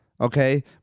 Okay